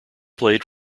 played